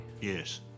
Yes